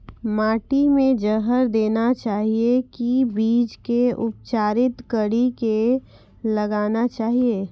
माटी मे जहर देना चाहिए की बीज के उपचारित कड़ी के लगाना चाहिए?